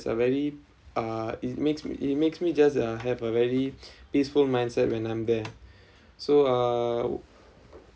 is a very uh it makes me it makes me just uh have a very peaceful mindset when I'm there so uh